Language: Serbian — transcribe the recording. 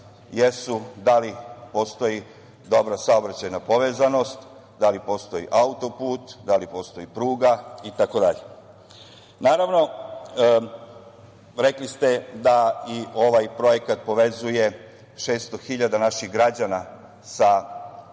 jesu da li postoji dobra saobraćajna povezanost, da li postoji auto-put, da li postoji pruga, itd. Rekli ste da i ovaj projekat povezuje 600 hiljada naših građana sa